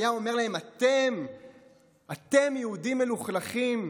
והיה אומר להם: אתם יהודים מלוכלכים,